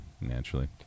naturally